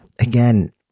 again